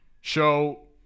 show